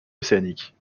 océanique